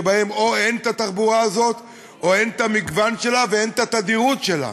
שבהם או שאין תחבורה כזאת או שאין את המגוון שלה ואין את התדירות שלה.